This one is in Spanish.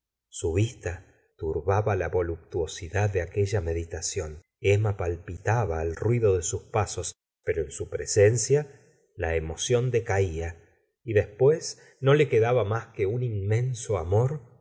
su vista turbaba la voluptuosida d de aquella meditación emma palpitaba al ruido de sus pasos pero en su presencia la emoción decaía y después no le quedaba más que un inmenso amor